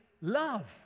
love